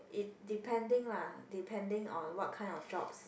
it depending lah depending on what kind of jobs